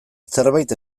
zerbait